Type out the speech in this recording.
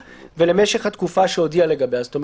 אחת, אם